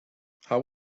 how